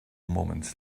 moments